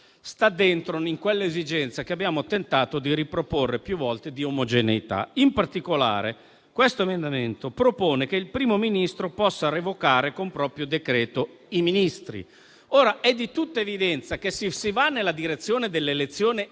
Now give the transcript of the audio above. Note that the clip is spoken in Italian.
rientra nell'esigenza che abbiamo tentato di riproporre più volte di omogeneità. In particolare, questo emendamento propone che il Primo Ministro possa revocare con proprio decreto i Ministri. È di tutta evidenza che se si va nella direzione dell'elezione